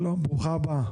שלןם, ברוכה הבאה.